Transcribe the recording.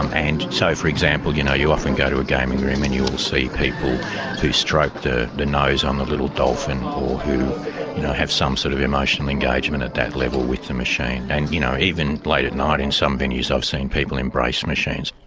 and so, for example, you know you'll often go to a gaming room and you will see people who stroke the the nose on the little dolphin or who have some sort of emotional engagement at that level with the machine. and you know, even late at night in some venues i've seen people embrace machines.